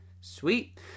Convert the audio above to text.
sweet